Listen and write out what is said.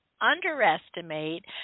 underestimate